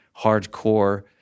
hardcore